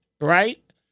right